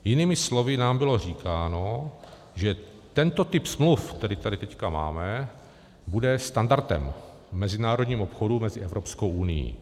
Jinými slovy nám bylo říkáno, že tento typ smluv, který tady teď máme, bude standardem v mezinárodním obchodě mezi Evropskou unií.